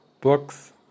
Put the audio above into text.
books